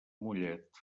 mollet